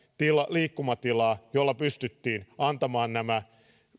liikkumatilaa jolla pystyttiin antamaan nämä